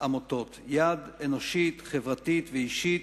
העמותות, יד אנושית, חברתית ואישית,